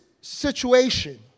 situation